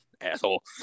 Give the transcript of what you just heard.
asshole